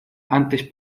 antes